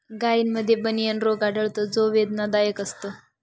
गायींमध्ये बनियन रोग आढळतो जो वेदनादायक असतो